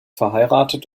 verheiratet